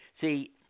see